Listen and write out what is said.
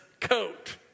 coat